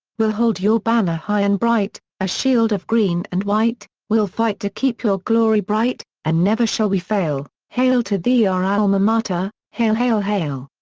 we'll hold your banner high and bright, a shield of green and white, we'll fight to keep your glory bright, and never shall we fail, hail to thee our alma mater, hail hail hail!